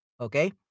Okay